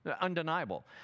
undeniable